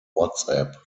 whatsapp